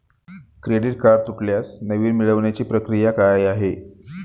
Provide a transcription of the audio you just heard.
Credit card तुटल्यास नवीन मिळवण्याची प्रक्रिया काय आहे?